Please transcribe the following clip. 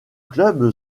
club